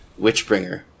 Witchbringer